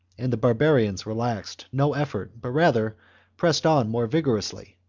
and the barbarians relaxed no effort, but rather pressed on more vigorously,